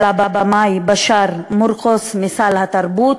של הבמאי בשאר מורקוס, מסל התרבות,